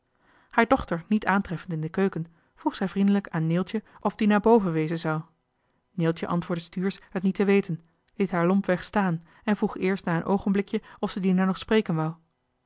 haar dochter niet aantreffend in de keuken vroeg zij vriendelijk aan neeltje of dina boven wezen zou neeltje antwoordde stuursch het niet te weten liet haar lompweg staan en vroeg eerst na een oogenblikje of ze dina nog spreken